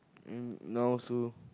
and now also